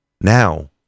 Now